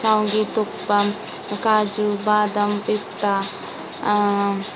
ಶಾವ್ಗೆ ತುಪ್ಪ ಕಾಜು ಬಾದಾಮ್ ಪಿಸ್ತಾ